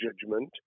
judgment